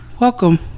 Welcome